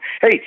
Hey